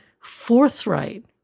forthright